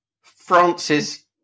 France's